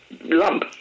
lump